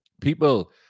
People